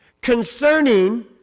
concerning